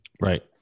Right